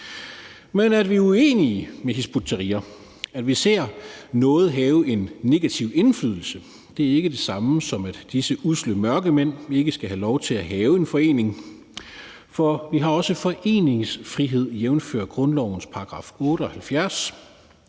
Men at vi er uenige med Hizb ut-Tahrir, og at vi ser noget have en negativ indflydelse, er ikke det samme, som at disse usle mørkemænd ikke skal have lov til at have en forening. For vi har også foreningsfrihed, jævnfør grundlovens § 78,